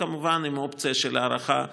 וכמובן עם אופציה של הארכה סבירה,